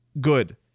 good